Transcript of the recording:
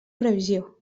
previsió